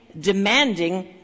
demanding